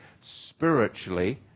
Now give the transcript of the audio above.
spiritually